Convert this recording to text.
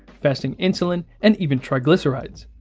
fasting insulin and even triglycerides.